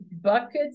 Buckets